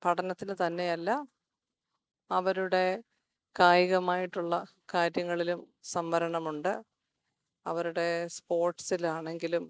പഠനത്തിന് തന്നെയല്ല അവരുടെ കായികമായിട്ടുള്ള കാര്യങ്ങളിലും സംവരണമുണ്ട് അവരുടെ സ്പോർട്സിൽ ആണെങ്കിലും